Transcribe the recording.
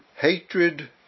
hatred